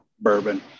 bourbon